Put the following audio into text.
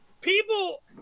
People